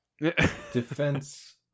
Defense